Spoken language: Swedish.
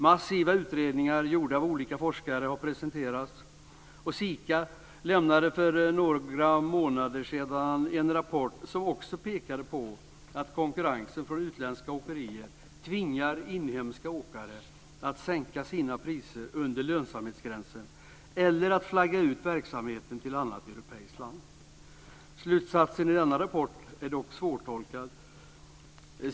Massiva utredningar gjorda av olika forskare har presenterats. SIKA lämnade för några månader sedan en rapport som också pekade på att konkurrensen från utländska åkerier tvingar inhemska åkare att sänka sina priser under lönsamhetsgränsen eller att flagga ut verksamheten till annat europeiskt land. Slutsatsen i denna rapport är dock svårtolkad.